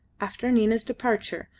after nina's departure,